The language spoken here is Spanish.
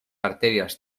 arterias